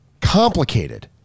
complicated